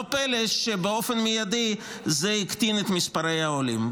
לא פלא שבאופן מיידי זה הקטין את מספרי העולים,